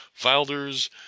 Filders